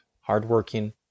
hardworking